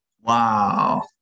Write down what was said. Wow